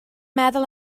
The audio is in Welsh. meddwl